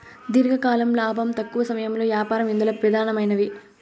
దీర్ఘకాలం లాబం, తక్కవ సమయంలో యాపారం ఇందల పెదానమైనవి